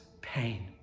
pain